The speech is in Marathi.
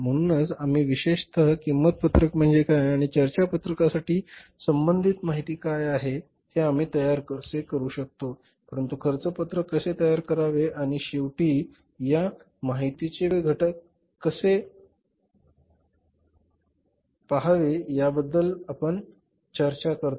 म्हणूनच आम्ही विशेषत किंमत पत्रक म्हणजे काय आणि चर्चा पत्रकासाठी संबंधित माहिती काय आहे हे आम्ही तयार कसे करू शकतो परंतु खर्च पत्रक कसे तयार करावे आणि शेवटी या माहितीवरील किंमतीचे वेगवेगळे घटक कसे पहावे याबद्दल आपण चर्चा करतो